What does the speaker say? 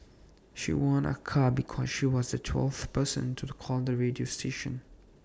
she won A car because she was the twelfth person to call the radio station